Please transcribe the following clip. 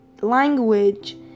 language